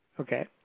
Okay